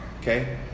Okay